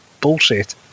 bullshit